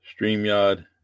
StreamYard